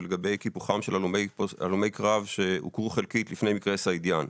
לגבי קיפוחם של הלומי קרב שהוכרו חלקית לפני מקרה סעידיאן.